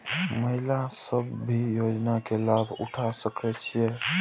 महिला सब भी योजना के लाभ उठा सके छिईय?